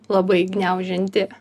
labai gniaužianti